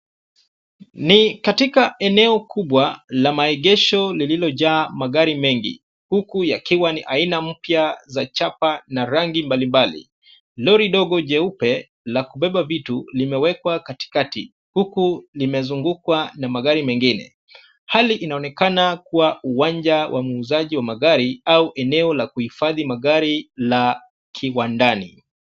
Ni katika eneo kubwa la maegesho lililojaa magari mengi. Huku yakiwa ni aina mpya za chapa na rangi mbali mbali. Lori dogo jeupe la kubeba vitu limewekwa katikati huku limezungukwa na magari mengine. Hali inaonekana kuwa uwanja wa uuzaji wa magari au eneo la kuhifadhi magari la kiwandani.